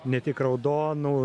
ne tik raudonų